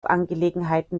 angelegenheiten